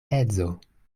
edzo